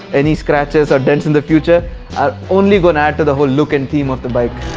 any scratches or dents in the future are only gonna add to the whole look and theme of the bike!